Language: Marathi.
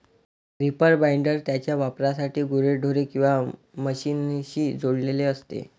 रीपर बाइंडर त्याच्या वापरासाठी गुरेढोरे किंवा मशीनशी जोडलेले असते